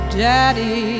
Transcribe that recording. daddy